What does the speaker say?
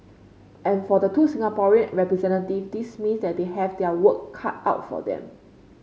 and for the two Singaporean representative this means that they have their work cut out for them